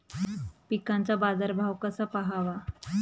पिकांचा बाजार भाव कसा पहावा?